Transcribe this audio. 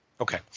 Okay